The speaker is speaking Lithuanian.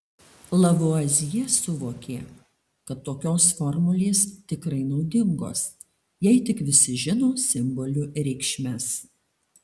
lavuazjė suvokė kad tokios formulės tikrai naudingos jei tik visi žino simbolių reikšmes